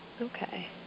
Okay